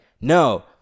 no